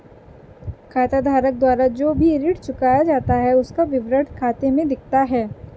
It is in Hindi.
खाताधारक द्वारा जो भी ऋण चुकाया जाता है उसका विवरण खाते में दिखता है